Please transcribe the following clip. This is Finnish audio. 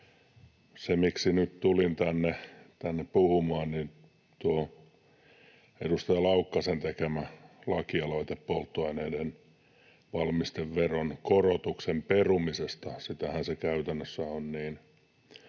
Miksi nyt tulin tänne puhumaan, niin tuosta edustaja Laukkasen tekemästä lakialoitteesta polttoaineiden valmisteveron korotuksen perumisesta — sitähän se käytännössä on —